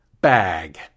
bag